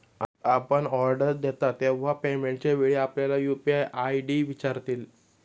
आपण ऑर्डर देता तेव्हा पेमेंटच्या वेळी आपल्याला यू.पी.आय आय.डी विचारतील